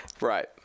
Right